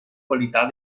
qualità